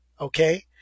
okay